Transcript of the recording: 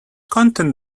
content